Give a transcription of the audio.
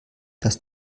dass